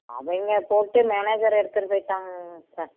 அவங்க போட்டு மேனேஜர் எடுத்துகிட்டு போய்ட்டாங்க சார்